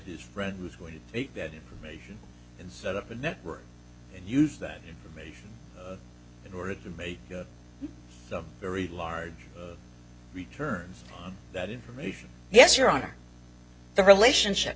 his friend was going to take that information and set up a network and use that information in order to make the very large return that information yes your honor the relationship